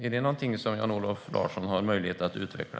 Är det någonting som Jan-Olof Larsson har möjlighet att utveckla?